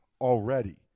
already